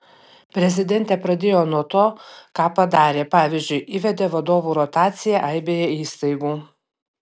prezidentė pradėjo nuo to ką padarė pavyzdžiui įvedė vadovų rotaciją aibėje įstaigų